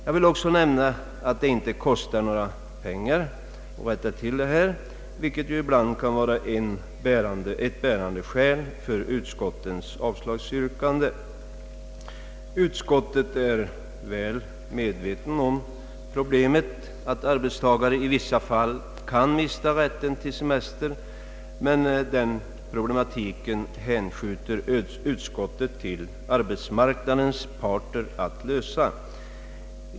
Jag vill också nämna att det inte kostar några pengar att rätta till detta — vilket annars ibland kan vara ett bärande skäl för utskottens avslagsyrkanden. Utskottet är väl medvetet om att arbetstagare i vissa fall kan mista rätten till semester. Men den problematiken hänskjuter utskottet till arbetsmarknadens parter att lösa.